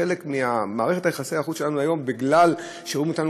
חלק ממערכת יחסי החוץ שלנו היום זה בגלל שרואים אותנו